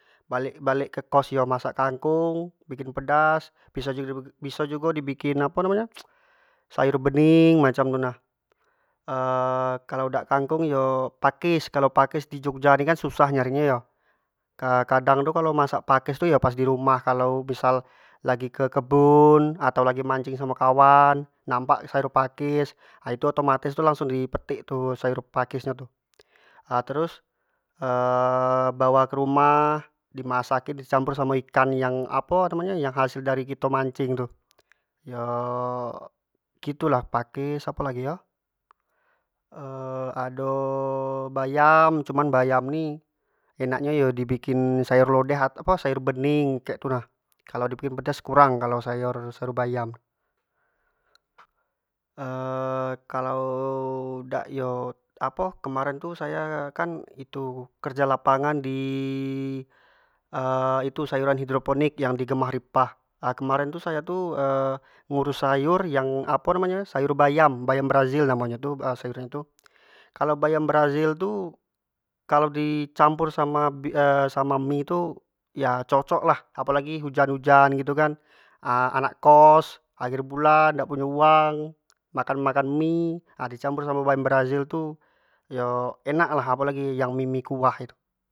Balek-balek ke kost yo masak kangkong bikin pedas, biso-biso jugo di bikin apo namonyo sayur bening macam tu nah kalau dak kangkung yo pakis, kalau pakis di jogja ni kan susah nyari nyo yo, kadang kalau masak pakis tu yo di rumah kalau misal lagi ke kebun atau lagi mincing samo kawan nampak sayur pakis yo itu otomatis di petik tu sayur pakis nyo tu terus bawa ke rumah dimasak in di campur samo ikan apo tu namo nyo yang hasil dari kito mancing tu, yo gitu lah pakis, apo lagi yo ado bayam cuman bayam ni enak nyo di bikin yo sayur lodeh atau apo sayur bening gitu nah, kalau di bikin pedas kurang kalau sayo sayur bayam kalau dak iyo apo kemaren tu saya kan itu kerja lapangan di itu sayuran hidroponik yang di gemah ripah kemaren tu sayo tu ngurus sayur yang apo namo nyo tu bayam, bayam brazil namo nyo tu, kalau bayam brazil tu kalau di campur sama bi sama mie tu ya cocok lah apalagi hujan-hujan tu kan gitun kan, anak kost akhir bulan dak punyo uang makan mie ha di campur samo bayam brazil tu yo enak lah apo lagi yang mie-mie kuah tu.